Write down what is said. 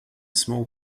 small